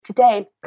Today